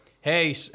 hey